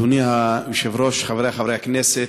אדוני היושב-ראש, חברי חברי הכנסת,